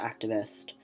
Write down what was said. activist